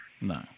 no